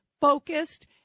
focused